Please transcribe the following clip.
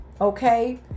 Okay